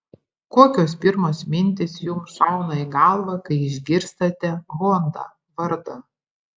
kokios pirmos mintys jums šauna į galvą kai išgirstate honda vardą